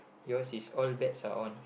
yours is old bags are owned